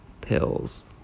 pills